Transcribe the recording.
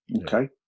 okay